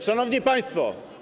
Szanowni Państwo!